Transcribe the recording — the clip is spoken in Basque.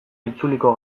itzuliko